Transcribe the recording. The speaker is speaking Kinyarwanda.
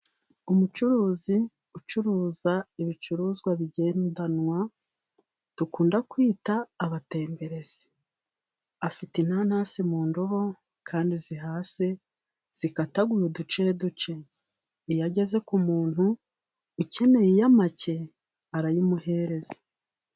Umucuruzi ucuruza ibicuruzwa bigendanwa, dukunda kwita abatemberezi. Afite inanasi mu ndobo, kandi zihase, zikataguye uduceduce. Iyo ageze ku muntu ukeneye iya make, arayimuhereza.